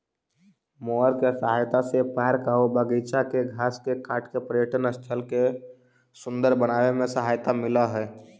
mower के सहायता से पार्क आऊ बागिचा के घास के काट के पर्यटन स्थल के सुन्दर बनावे में सहायता मिलऽ हई